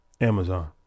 Amazon